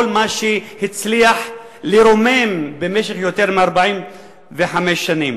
מה שהצליח לרומם במשך יותר מ-45 שנים.